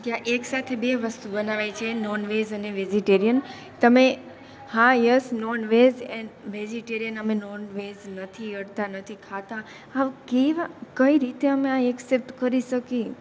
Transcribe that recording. ત્યાં એક સાથે બે વસ્તુ બનાવાય છે નોન વેઝ અને વેઝિટેરિયન તમે હા yes non veg and vegetarian અમે નોનવેજ નથી અડતા નથી ખાતા સાવ કેવાં કઈ રીતે અમે આ એક્સેપ્ટ કરી શકીએ